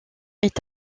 est